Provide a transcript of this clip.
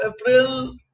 april